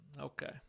okay